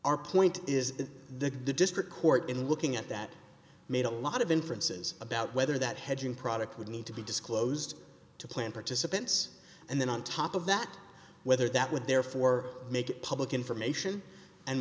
our point is that the district court in looking at that made a lot of inferences about whether that hedging product would need to be disclosed to plan participants and then on top of that whether that would therefore make public information and